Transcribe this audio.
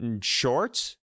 shorts